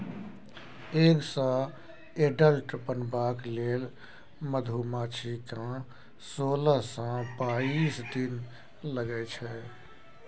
egg सँ adult बनबाक लेल मधुमाछी केँ सोलह सँ बाइस दिन लगै छै